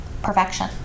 Perfection